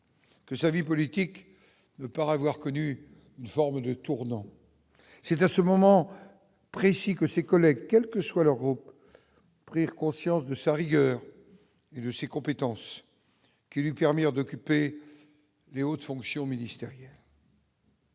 que sa vie politique par avoir connu une forme de tournant. à ce moment précis que ses collègues, quelle que soit leur groupe prirent conscience de. Sa rigueur et de ses compétences qui lui permirent d'occuper Les autres fonctions ministérielles.